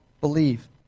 believe